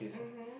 mmhmm